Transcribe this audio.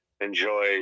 enjoy